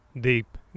deep